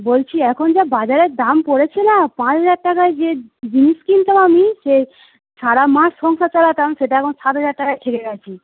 বলছি এখন যা বাজারের দাম পড়েছে না পাঁচ হাজার টাকায় যে জিনিস কিনতাম আমি সে সারা মাস সংসার চালাতাম সেটা এখন সাত হাজার টাকায় ঠেকে গিয়েছে